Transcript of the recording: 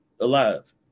alive